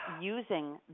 using